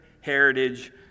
Heritage